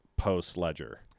Post-Ledger